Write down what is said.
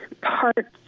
parts